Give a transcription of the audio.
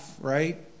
right